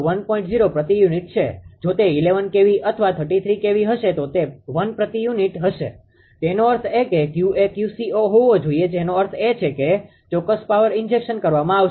૦ પ્રતિ યુનિટ છે જો તે 11 kV અથવા 33 kV હશે તો તે 1 પ્રતિ યુનિટ હશે તેનો અર્થ એ કે Q એ 𝑄𝐶૦ હોવો જોઈએ જેનો અર્થ છે કે ચોક્કસ પાવર ઇન્જેક્શન કરવામાં આવશે